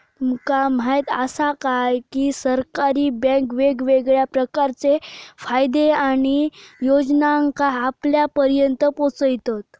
तुमका म्हायत आसा काय, की सरकारी बँके वेगवेगळ्या प्रकारचे फायदे आणि योजनांका आपल्यापर्यात पोचयतत